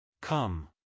Come